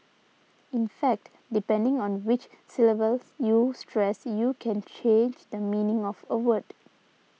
in fact depending on which syllable you stress you can change the meaning of a word